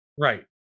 Right